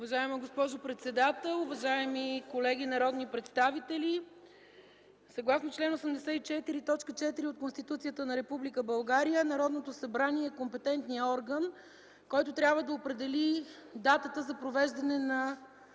Уважаема госпожо председател, уважаеми колеги народни представители! Съгласно чл. 84, т. 4 от Конституцията на Република България, Народното събрание е компетентният орган, който трябва да определи датата за провеждане на